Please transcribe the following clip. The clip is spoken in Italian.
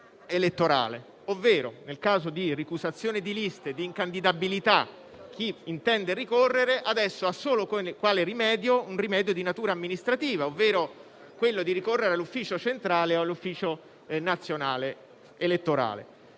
cui, nel caso di ricusazione di liste e incandidabilità, chi intende adesso ricorrere ha solo un rimedio di natura amministrativa, ovvero ricorrere all'ufficio centrale o all'ufficio nazionale elettorale.